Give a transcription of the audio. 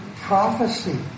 prophecy